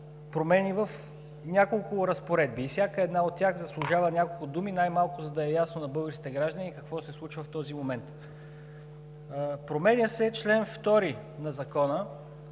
промени в няколко разпоредби и всяка една от тях заслужава няколко думи, най-малко за да е ясно на българските граждани какво се случва в този момент. Променя се чл. 2 на Закона,